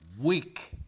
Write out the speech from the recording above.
week